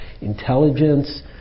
intelligence